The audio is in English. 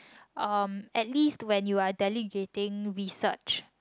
um at least when you are delegating research